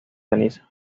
cenizas